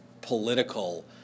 political